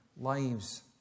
lives